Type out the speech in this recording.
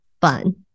fun